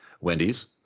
Wendy's